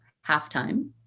half-time